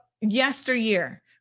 yesteryear